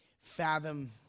fathom